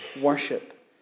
worship